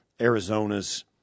Arizona's